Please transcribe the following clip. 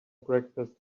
breakfast